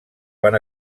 van